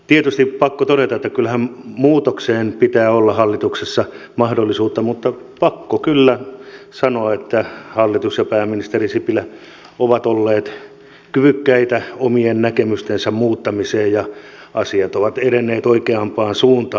tietysti on pakko todeta että kyllähän muutokseen pitää olla hallituksessa mahdollisuutta mutta pakko kyllä sanoa että hallitus ja pääministeri sipilä ovat olleet kyvykkäitä omien näkemystensä muuttamiseen ja asiat ovat edenneet oikeampaan suuntaan